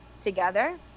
together